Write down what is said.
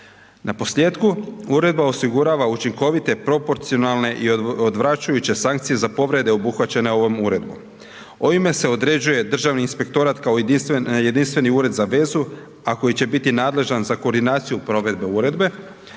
Na posljetku, uredba osigurava učinkovite proporcionalne i odvraćajuće sankcije za povrede obuhvaćene ovom uredbom. Ovime se određuje Državni inspektorat kao jedinstveni ured za vezu, a koji će biti nadležan za koordinaciju provedbe uredbe.